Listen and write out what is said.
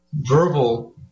verbal